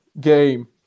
game